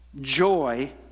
joy